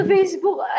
Facebook